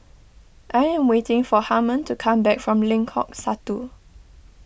I am waiting for Harmon to come back from Lengkok Satu